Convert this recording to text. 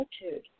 attitude